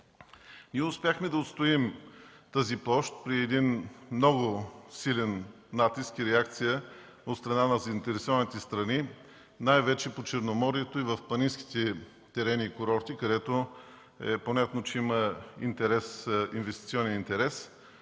Успяхме да отстоим тази площ при един много силен натиск и реакция от страна на заинтересованите страни – най-вече по Черноморието и в планинските терени и курорти, където е понятно, че има инвестиционен интерес.